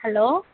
hello